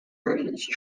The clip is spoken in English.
heritage